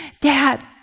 Dad